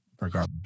regardless